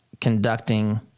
conducting